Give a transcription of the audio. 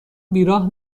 بیراه